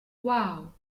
wow